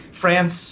France